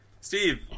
Steve